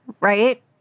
right